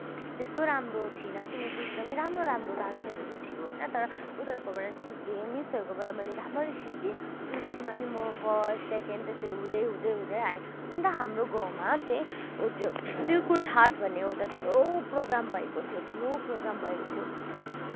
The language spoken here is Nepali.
त्यस्तो राम्रो थिइनँ किनकि एकदमै राम्रो राम्रो डान्सरहरू थियो होइन तर उनीहरूकोबाट सिकेँ मिसहरूकोबाट मैले राम्ररी सिकेँ अन्त स्कुलमा नि फर्स्ट सेकेन्ड त्यसरी हुँदै हुँदै हुँदै आएँ अन्त हाम्रो गाउँमा चाहिँ उत्यो सिल्क रूट हाट भन्ने एउटा ठुलो प्रोग्राम भएको थियो ठुलो प्रोग्राम भएको थियो